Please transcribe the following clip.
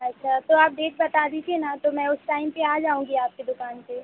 अच्छा तो आप डेट बता दीजिए ना तो मैं उस टाइम पर आ जाऊँगी आपकी दुकान पर